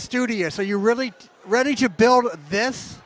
studious so you're really ready to build this